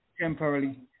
temporarily